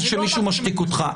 שמישהו משתיק אותך.